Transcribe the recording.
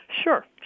Sure